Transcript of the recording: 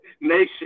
Nation